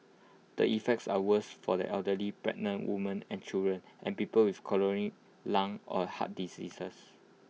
the effects are worse for the elderly pregnant women and children and people with chronic lung or heart diseases